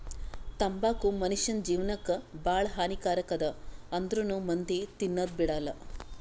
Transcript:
ತಂಬಾಕು ಮುನುಷ್ಯನ್ ಜೇವನಕ್ ಭಾಳ ಹಾನಿ ಕಾರಕ್ ಅದಾ ಆಂದ್ರುನೂ ಮಂದಿ ತಿನದ್ ಬಿಡಲ್ಲ